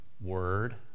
word